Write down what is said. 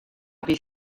fydd